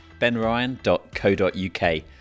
benryan.co.uk